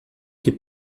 que